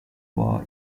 paw